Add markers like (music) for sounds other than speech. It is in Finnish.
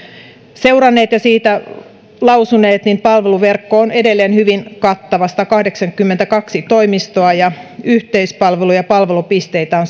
seuranneet ja josta he ovat lausuneet on edelleen hyvin kattava satakahdeksankymmentäkaksi toimistoa ja yhteispalvelu ja palvelupisteitä on (unintelligible)